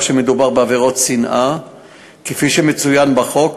שמדובר בעבירות שנאה כפי שמצוין בחוק,